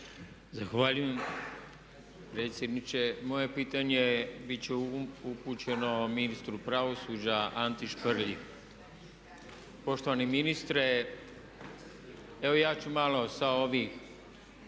Zahvaljujem predsjedniče. Moje pitanje je, biti će upućeno ministru pravosuđa Anti Šprlji. Poštovani ministre, evo ja ću malo sa ovih